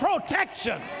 protection